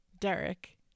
Derek